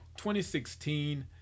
2016